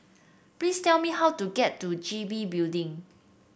please tell me how to get to G B Building